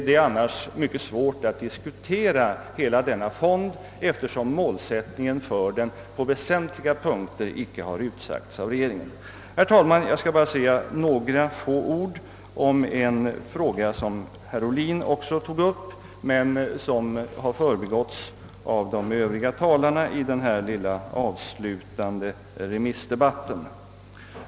Det är annars mycket svårt att diskutera hela detta spörsmål eftersom målsättningen för fonden på väsentliga punkter icke har utsagts av regeringen. Herr talman! Jag skall bara säga några få ord om en fråga som herr Ohlin också tog upp men som har förbigåtts av de övriga talarna i den här lilla avslutande remissdebatten.